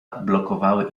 blokowały